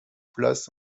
place